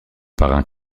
parrain